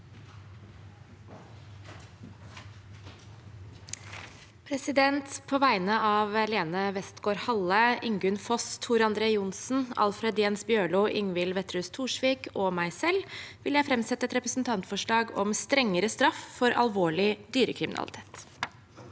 sentantene Lene Westgaard-Halle, Ingunn Foss, Tor André Johnsen, Alfred Jens Bjørlo, Ingvild Wetrhus Thorsvik og meg selv vil jeg framsette et representantforslag om strengere straff for alvorlig dyrekriminalitet.